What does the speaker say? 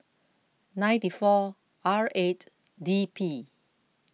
ninety four R eight D P